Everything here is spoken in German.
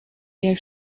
der